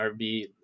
RB